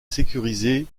sécurisée